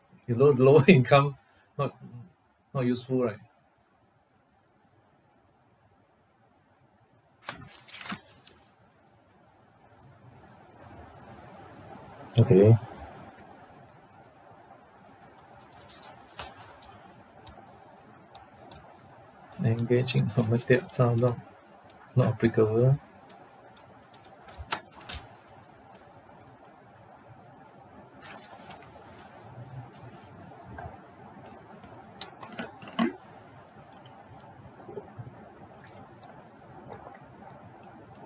if low~ lower income not not useful right okay then engaging from a state of not applicable